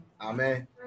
Amen